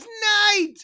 night